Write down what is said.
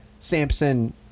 Samson